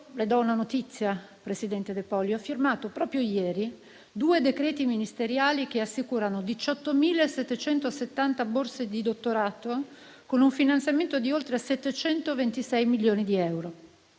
le do una notizia, presidente De Poli: ho firmato proprio ieri due decreti ministeriali che assicurano 18.770 borse di dottorato, con un finanziamento di oltre 726 milioni di euro.